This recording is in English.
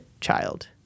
child